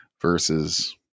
versus